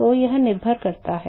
तो यह निर्भर करता है